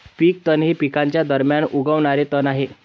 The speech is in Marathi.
पीक तण हे पिकांच्या दरम्यान उगवणारे तण आहे